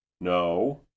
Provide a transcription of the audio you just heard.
No